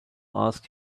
ask